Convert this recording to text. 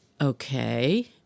okay